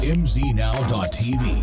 mznow.tv